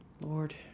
Lord